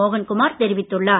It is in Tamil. மோகன்குமார் தெரிவித்துள்ளார்